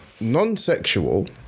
non-sexual